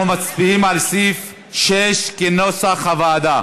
אנחנו מצביעים על סעיף 6, כנוסח הוועדה.